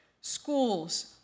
schools